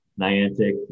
Niantic